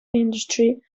industry